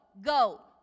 Go